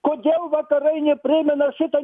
kodėl vakarai neprimena šito